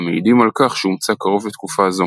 המעידים על כך שהומצא קרוב לתקופה זו.